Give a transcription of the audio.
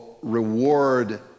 reward